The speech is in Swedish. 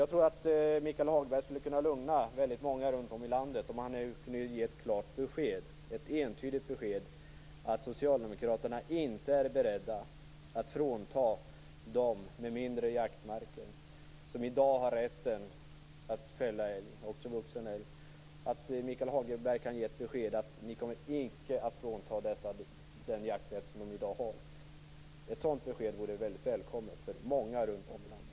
Jag tror att Michael Hagberg skulle kunna lugna väldigt många människor runt om i landet om han nu kunde ge ett klart besked, ett entydigt besked, om att Socialdemokraterna inte är beredda att frånta dem med mindre jaktmarker som i dag har rätten att fälla älg, också vuxen älg, denna jakträtt. Ett sådant besked vore väldigt välkommet för många runt om i landet.